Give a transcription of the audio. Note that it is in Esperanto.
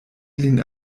lin